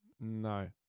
No